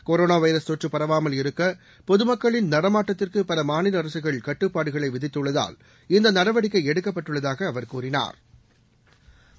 corona virus தொற்று பரவாமல் இருக்க பொதுமக்களின் நடமாட்டத்திற்கு பல மாநில அரசுகள் கட்டுப்பாடுகளை விதித்துள்ளதால் இந்த நடவடிக்கை எடுக்கப்பட்டுள்ளதாக அவா் கூறினாா்